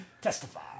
Testify